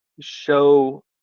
show